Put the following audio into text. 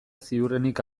ziurrenik